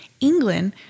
England